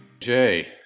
Jay